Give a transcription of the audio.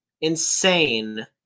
insane